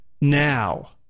now